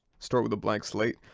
bstart with a blank slate,